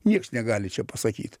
nieks negali čia pasakyt